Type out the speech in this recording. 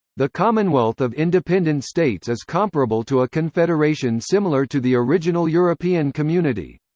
the commonwealth of independent states is comparable to a confederation similar to the original european community.